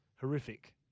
horrific